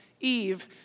Eve